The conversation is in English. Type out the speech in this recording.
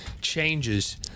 changes